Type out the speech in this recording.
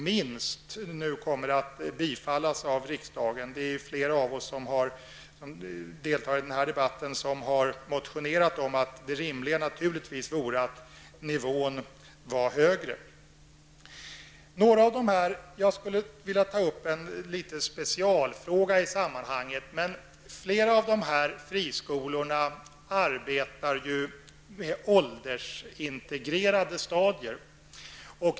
Vi är flera ledamöter som motionerat om en högre nivå, något som naturligtvis vore lämpligt. Jag skulle vilja ta upp en specialfråga i sammanhanget. Flera av dessa friskolor arbetar med åldersintegrerade stadier.